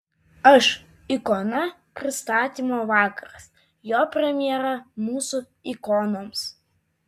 aš ikona pristatymo vakaras jo premjera mūsų ikonoms